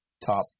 top